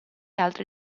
altri